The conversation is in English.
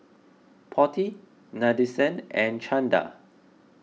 Potti Nadesan and Chanda